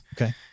Okay